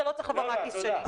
זה לא צריך לבוא מהכיס שלי.